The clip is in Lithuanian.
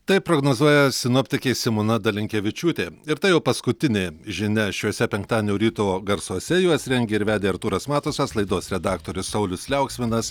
taip prognozuoja sinoptikė simona dalinkevičiūtė ir tai jau paskutinė žinia šiuose penktadienio ryto garsuose juos rengė ir vedė artūras matusas laidos redaktorius saulius liauksminas